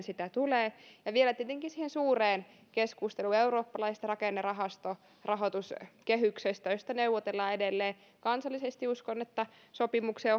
sitä tulee ja vielä tietenkin liittyen siihen suureen keskusteluun eurooppalaisesta rakennerahasto rahoituskehyksestä josta neuvotellaan edelleen kansallisesti uskon että sopimukseen